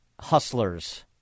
hustlers